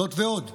זאת ועוד,